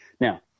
Now